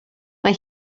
mae